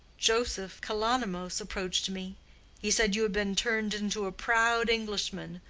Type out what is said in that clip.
joseph kalonymos reproached me he said you had been turned into a proud englishman,